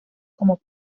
como